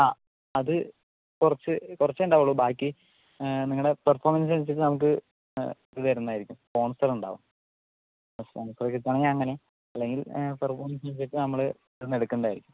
ആ അത് കുറച്ച് കുറച്ചേ ഉണ്ടാവുകയുള്ളു ബാക്കി നിങ്ങളുടെ പെർഫോമൻസ് അനുസരിച്ച് നമുക്ക് ഇത് തരുന്നായിരിക്കും സ്പോൺസർ ഉണ്ടാകും സ്പോൺസറെ കിട്ടുവാണെങ്കിൽ അങ്ങനെ അല്ലെങ്കിൽ ഇപ്പോൾ റൂംസൊക്കെ നമ്മള് ഇവിടുന്ന് എടുക്കണ്ടായിരിക്കും